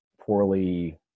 poorly